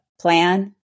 plan